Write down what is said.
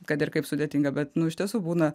kad ir kaip sudėtinga bet iš tiesų būna